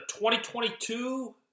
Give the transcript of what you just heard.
2022